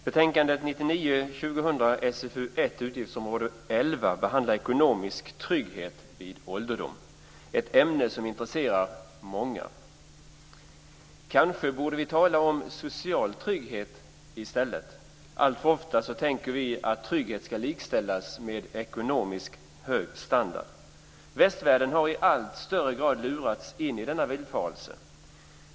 Herr talman! Betänkandet 1999/2000:SfU1, utgiftsområde 11, behandlar ekonomisk trygghet vid ålderdom - ett ämne som intresserar många. Kanske vi borde tala om social trygghet i stället. Alltför ofta tänker vi att trygghet ska likställas med hög ekonomisk standard. Västvärlden har i allt högre grad lurats in i denna villfarelse.